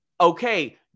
Okay